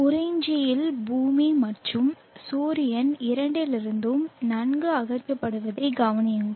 உறிஞ்சியில் பூமி மற்றும் சூரியன் இரண்டிலிருந்தும் நன்கு அகற்றப்படுவதைக் கவனியுங்கள்